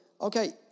okay